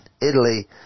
Italy